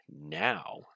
now